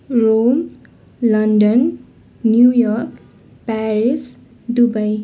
Rome London New York Paris Dubai